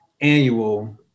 annual